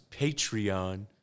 Patreon